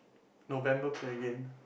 November play again